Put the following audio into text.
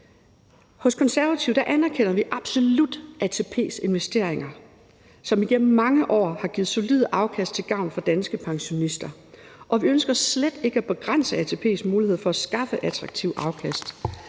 Hos Konservative anerkender vi absolut ATP's investeringer, som igennem mange år har givet solide afkast til gavn for danske pensionister, og vi ønsker slet ikke at begrænse ATP's muligheder for at skaffe attraktivt afkast.